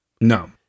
No